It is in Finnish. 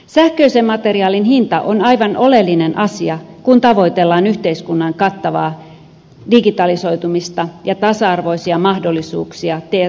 sähköisen materiaalin hinta on aivan oleellinen asia kun tavoitellaan yhteiskunnan kattavaa digitalisoitumista ja tasa arvoisia mahdollisuuksia tietotekniikan käyttöön